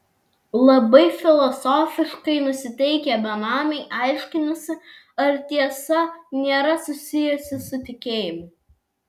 labai filosofiškai nusiteikę benamiai aiškinasi ar tiesa nėra susijusi su tikėjimu